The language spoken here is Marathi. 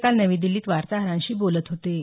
ते काल नवी दिल्लीत वार्ताहरांशी बोलत होते